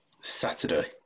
Saturday